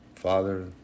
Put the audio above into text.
Father